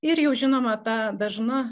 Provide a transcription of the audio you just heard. ir jau žinoma ta dažna